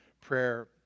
prayer